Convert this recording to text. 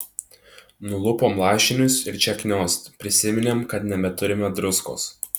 nulupom lašinius ir čia kniost prisiminėm kad nebeturime druskos